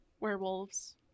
werewolves